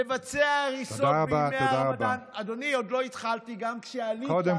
לבצע הריסות בימי הרמדאן, תודה רבה, תודה רבה.